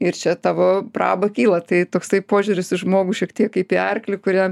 ir čia tavo praba kyla tai toksai požiūris į žmogų šiek tiek kaip į arklį kuriam